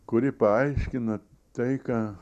kuri paaiškina tai ką